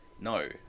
No